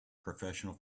professional